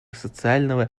социального